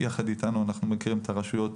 אנחנו מכירים את הרשויות